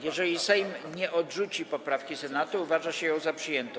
Jeżeli Sejm nie odrzuci poprawki Senatu, uważa się ją za przyjętą.